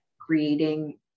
creating